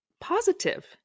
positive